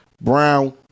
Brown